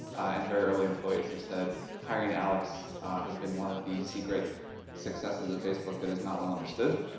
and very early employees have said hiring alex has been one of the secret successes of facebook that is not well understood.